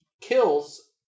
kills